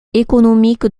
économique